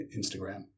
Instagram